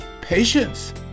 patience